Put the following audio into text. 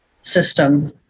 system